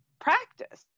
practice